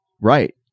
right